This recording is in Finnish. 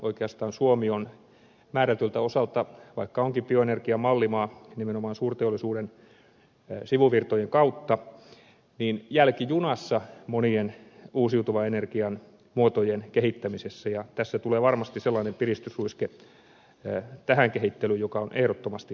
oikeastaan suomi on määrätyltä osalta vaikka onkin bioenergian mallimaa nimenomaan suurteollisuuden sivuvirtojen kautta jälkijunassa monien uusiutuvan energian muotojen kehittämisessä ja tässä tulee varmasti sellainen piristysruiske tähän kehittelyyn joka on ehdottomasti tarpeen